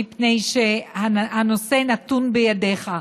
מפני שהנושא נתון בידיך.